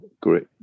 great